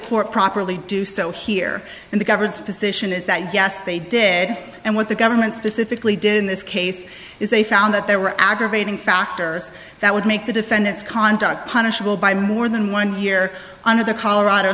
court properly do so here in the governor's position is that yes they did and what the government specifically did in this case is they found that there were aggravating factors that would make the defendant's conduct punishable by more than one here under the colorado